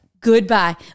goodbye